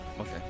Okay